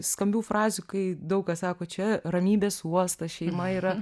skambių frazių kai daug kas sako čia ramybės uostas šeima yra